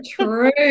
true